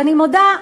ואני מודה,